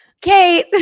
Kate